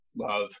love